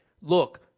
Look